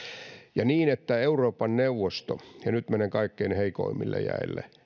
ja niin että euroopan neuvosto ja nyt menen kaikkein heikoimmille jäille